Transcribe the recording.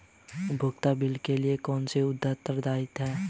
उपयोगिता बिलों के लिए कौन उत्तरदायी है?